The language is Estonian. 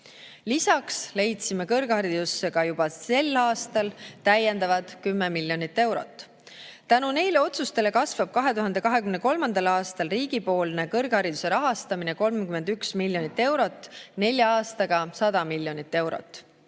Lisaks leidsime kõrgharidusse juba sel aastal täiendavalt 10 miljonit eurot. Tänu neile otsustele kasvab 2023. aastal riigipoolne kõrghariduse rahastamine 31 miljonit eurot, nelja aastaga 100 miljonit eurot.